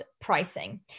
pricing